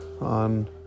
on